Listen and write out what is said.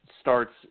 starts